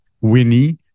Winnie